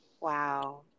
wow